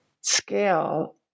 scale